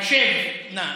הקשב נא.